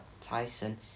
Tyson